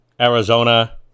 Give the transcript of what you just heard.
Arizona